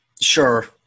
Sure